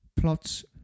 plots